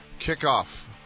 kickoff